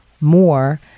more